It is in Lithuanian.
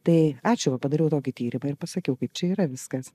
tai ačiū va padariau tokį tyrimą ir pasakiau kad čia yra viskas